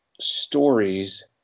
stories